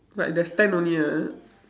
but there's ten only ah